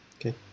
okay